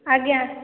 ଆଜ୍ଞା